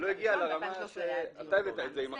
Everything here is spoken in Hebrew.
זה לא הגיע לרמה שאתה הבאת את זה עם החקיקה,